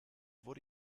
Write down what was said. wurde